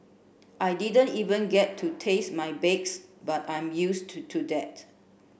I didn't even get to taste my bakes but I'm used to to that